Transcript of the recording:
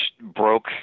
broke